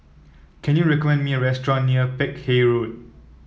can you recommend me a restaurant near Peck Hay Road